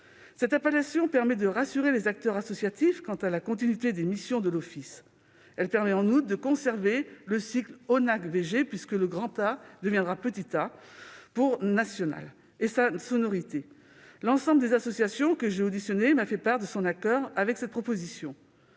Cette appellation permet de rassurer les acteurs associatifs quant à la continuité des missions de l'Office. Elle autorise en outre le maintien du sigle ONACVG- le « A » de « ancien » devenant le « a » de « national »- et sa sonorité. L'ensemble des associations que j'ai auditionnées m'a fait part de son accord avec cette proposition.